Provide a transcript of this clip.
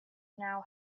now